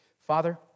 Father